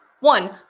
one